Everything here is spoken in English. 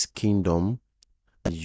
kingdom